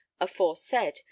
aforesaid